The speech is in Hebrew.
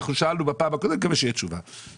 אין אף אחד שעובר ממוצר שעולה 70 שקל למוצר שעולה 2,100 שקל,